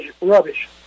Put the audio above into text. rubbish